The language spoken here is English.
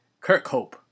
Kirkhope